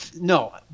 No